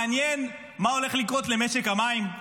מעניין מה הולך לקרות למשק המים.